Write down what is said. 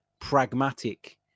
pragmatic